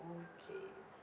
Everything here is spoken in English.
okay